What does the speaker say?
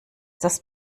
das